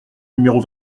numéro